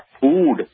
food